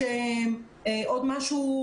יש עוד משהו,